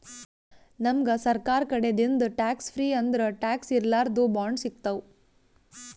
ನಮ್ಗ್ ಸರ್ಕಾರ್ ಕಡಿದಿಂದ್ ಟ್ಯಾಕ್ಸ್ ಫ್ರೀ ಅಂದ್ರ ಟ್ಯಾಕ್ಸ್ ಇರ್ಲಾರ್ದು ಬಾಂಡ್ ಸಿಗ್ತಾವ್